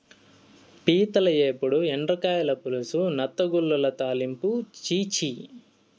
పీతల ఏపుడు, ఎండ్రకాయల పులుసు, నత్తగుల్లల తాలింపా ఛీ ఛీ